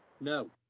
No